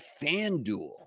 FanDuel